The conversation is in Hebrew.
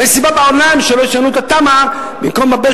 אין סיבה בעולם שלא לשנות את התמ"א במקום לבלבל